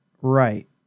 right